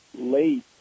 late